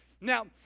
Now